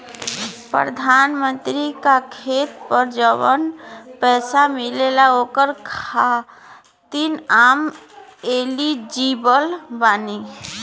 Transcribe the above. प्रधानमंत्री का खेत पर जवन पैसा मिलेगा ओकरा खातिन आम एलिजिबल बानी?